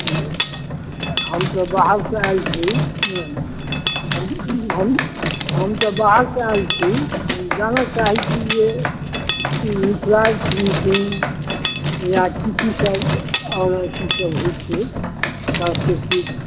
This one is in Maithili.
हम सभ बाहरसँ आएल छी हम सभ बाहरसँ आएल छी हम जानऽचाहैछी जे मिथिला पेन्टिंग या की की सभ और अथी सभ होइछै सांस्कृतिक